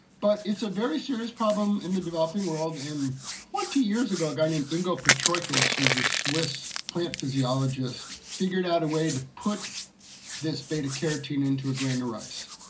but it's a very serious problem in the developing world. in twenty years ago, a guy named ingo petrakis, who's a swiss plant physiologist, figured out a way to put this beta carotene into a grain of rice.